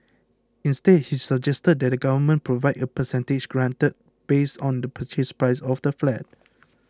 instead he suggested that the Government Provide a percentage grant based on the Purchase Price of the flat